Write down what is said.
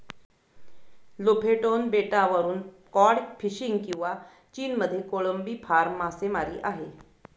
Lofoten बेटावरून cod fishing किंवा चीनमध्ये कोळंबी फार्म मासेमारी आहे